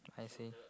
I see